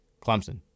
Clemson